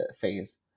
phase